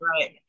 right